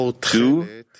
Two